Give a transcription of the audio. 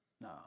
no